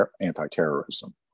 anti-terrorism